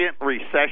recession